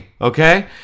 Okay